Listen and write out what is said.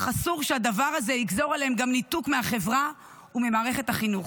אך אסור שהדבר הזה יגזור עליהם גם ניתוק מהחברה וממערכת החינוך.